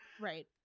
right